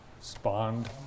spawned